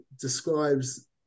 describes